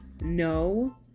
No